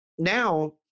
now